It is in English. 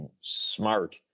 smart